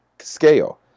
scale